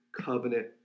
covenant